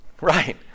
Right